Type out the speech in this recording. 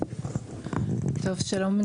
שלום,